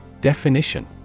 Definition